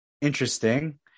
interesting